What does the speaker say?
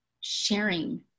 sharing